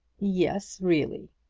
yes really.